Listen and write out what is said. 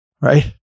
right